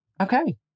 Okay